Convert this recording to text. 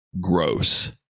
gross